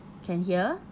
can hear